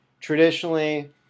Traditionally